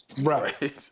right